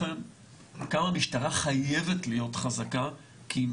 כמה המשטרה חייבת להיות חזקה כי היא